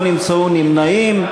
לא נמצאו נמנעים,